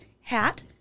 hat